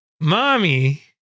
mommy